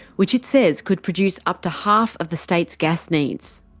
which it says could produce up to half of the state's gas needs.